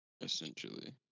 essentially